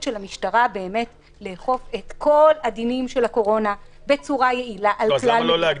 של המשטרה לאכוף את כל הדינים של הקורונה בצורה יעילה על כל האנשים.